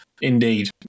Indeed